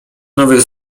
nowych